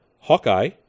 Hawkeye